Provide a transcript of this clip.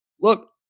Look